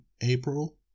April